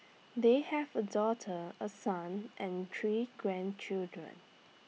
they have A daughter A son and three grandchildren